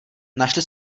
našli